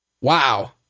Wow